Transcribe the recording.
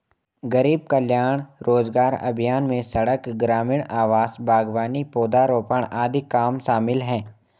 गरीब कल्याण रोजगार अभियान में सड़क, ग्रामीण आवास, बागवानी, पौधारोपण आदि काम शामिल है